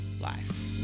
life